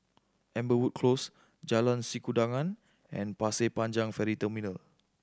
Amberwood Close Jalan Sikudangan and Pasir Panjang Ferry Terminal